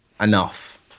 enough